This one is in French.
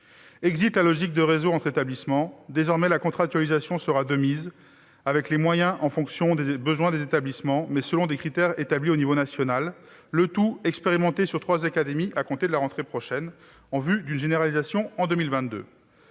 exit la logique de réseau entre établissements- désormais, la contractualisation sera de mise, avec des moyens en fonction des besoins des établissements, mais selon des critères établis au niveau national. L'ensemble de ces mesures doit être expérimenté dans trois académies à compter de la rentrée prochaine, en vue d'une généralisation en 2022.